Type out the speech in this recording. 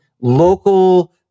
local